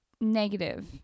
negative